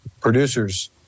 producers